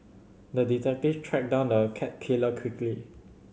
the detective tracked down the cat killer quickly